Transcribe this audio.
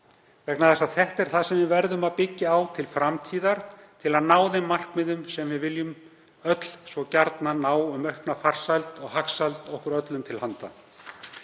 langs tíma. Þetta er það sem við verðum að byggja á til framtíðar til að ná þeim markmiðum sem við viljum öll svo gjarnan ná um aukna farsæld og hagsæld okkur öllum til handa.